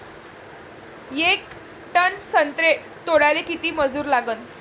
येक टन संत्रे तोडाले किती मजूर लागन?